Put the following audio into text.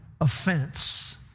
offense